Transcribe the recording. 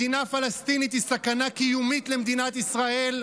מדינה פלסטינית היא סכנה קיומית למדינת ישראל.